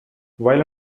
while